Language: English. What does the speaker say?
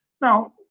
Now